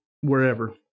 wherever